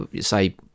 say